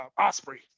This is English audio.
Osprey